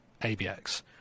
ABX